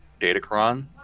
Datacron